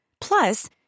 Plus